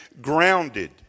grounded